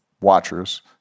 watchers